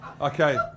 Okay